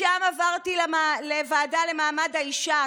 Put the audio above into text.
משם עברתי לוועדה למעמד האישה,